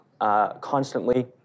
constantly